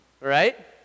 right